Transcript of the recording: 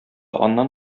аннан